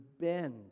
bend